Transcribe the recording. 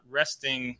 resting